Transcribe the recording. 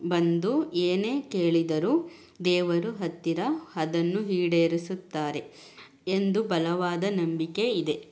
ಬಂದು ಏನೇ ಕೇಳಿದರೂ ದೇವರ ಹತ್ತಿರ ಅದನ್ನು ಈಡೇರಿಸುತ್ತಾರೆ ಎಂದು ಬಲವಾದ ನಂಬಿಕೆ ಇದೆ